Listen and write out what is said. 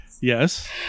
yes